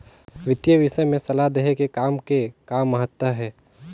वितीय विषय में सलाह देहे के काम के का महत्ता हे?